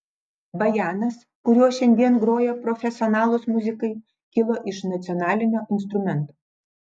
bajanas kuriuo šiandien groja profesionalūs muzikai kilo iš nacionalinio instrumento